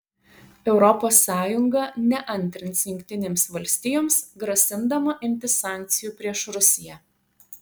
europos sąjunga neantrins jungtinėms valstijoms grasindama imtis sankcijų prieš rusiją